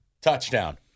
Touchdown